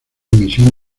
misión